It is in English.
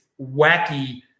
wacky